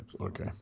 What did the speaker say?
Okay